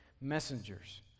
messengers